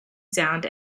sound